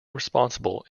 responsible